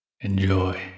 Enjoy